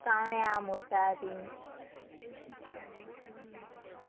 कावळ्या आमुडटा तीं ती शिक्षणां चड हें दिता